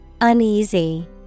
Uneasy